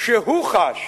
שהוא חש